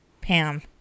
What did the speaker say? Pam